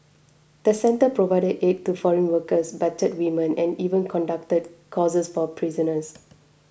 the centre provided aid to foreign workers battered women and even conducted courses for prisoners